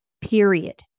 period